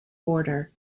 border